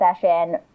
session